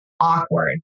awkward